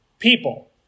People